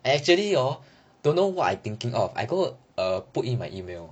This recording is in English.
I actually hor don't know what I thinking of I go err put in my email